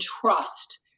trust